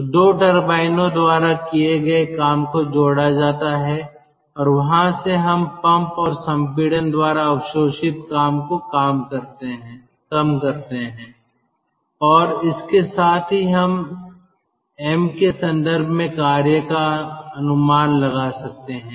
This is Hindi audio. तो 2 टर्बाइनों द्वारा किए गए काम को जोड़ा जाता है और वहां से हम पंप और संपीड़न द्वारा अवशोषित काम को कम करते हैं और इसके साथ ही हम m के संदर्भ में कार्य का अनुमान लगा सकते हैं